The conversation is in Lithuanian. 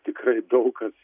tikrai daug kas